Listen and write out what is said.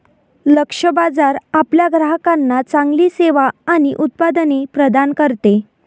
लक्ष्य बाजार आपल्या ग्राहकांना चांगली सेवा आणि उत्पादने प्रदान करते